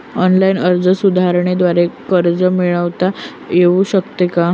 Online अर्ज सुविधांद्वारे कर्ज मिळविता येऊ शकते का?